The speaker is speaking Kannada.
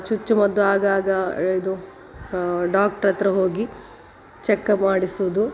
ಚುಚ್ಚುಮದ್ದು ಆಗಾಗ ಇದು ಡಾಕ್ಟ್ರ್ ಹತ್ರ ಹೋಗಿ ಚೆಕ್ಕ ಮಾಡಿಸುವುದು